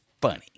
funny